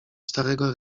starego